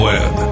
Web